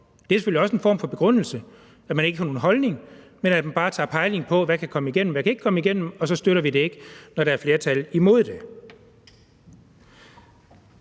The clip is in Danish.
Det er selvfølgelig også en form for begrundelse, altså at man ikke har nogen holdning, men at man bare tager pejling på, hvad der kan komme igennem, og hvad der ikke kan komme igennem, og så ikke støtter det, når der er flertal imod det.